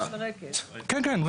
כן,